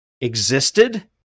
existed